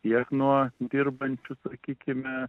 tiek nuo dirbančių sakykime